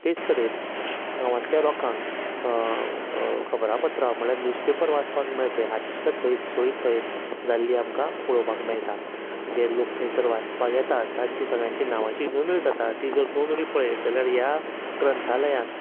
तेंच तरेन गांवांतल्या लोकांक खबरां पत्रां म्हळ्यार न्यूज पेपर वाचपाक मेळचे हाची सुद्दां थंय सोय थंय जाल्ली आमकां पळोवपाक मेळटा जें लोक थंयसर वाचपाक येतात तांची सगळ्यांची नामांची नोंदूय जाता तीं जर नोंदणी पळयत जाल्यार ह्या ग्रंथालयान